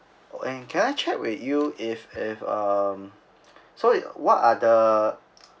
and can I check with you if if uh so it what are the